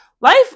life